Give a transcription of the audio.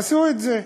עשו את זה.